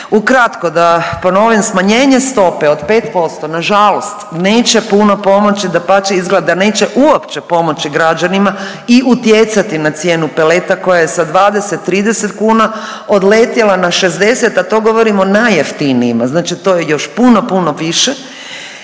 Ukratko, da ponovim, smanjenje stope od 5% nažalost neće puno pomoći, dapače, izgleda da neće uopće pomoći građanima i utjecati na cijenu peleta koja je sa 20, 30 kuna odletjela na 60, a to govorim o najjeftinijima, znači to je još puno, puno više